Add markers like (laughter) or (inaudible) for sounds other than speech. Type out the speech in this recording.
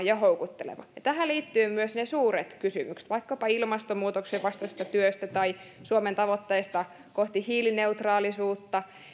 (unintelligible) ja houkuttelevat tähän liittyvät myös ne suuret kysymykset vaikkapa ilmastonmuutoksen vastaisesta työstä tai suomen tavoitteista kohti hiilineutraalisuutta